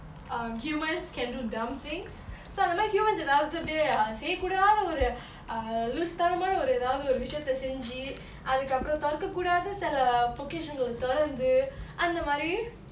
um humans can do dumb things so அந்தமாரி:anthamari humans எதாவது தொட்டு:ethavathu thottu ah செய்ய கூடாத ஒரு:seiya koodatha oru err loosu தனமா ஒரு எதாவது ஒரு விஷயத்த செஞ்சி அதுகப்ரோ தொரக்க கூடாத சில பொக்கிசங்கள தொரந்து அந்தமாரி:thanamana oru ethavathu oru visayatha senji athukapro thoraka koodatha sila pokisangala thoranthu anthamari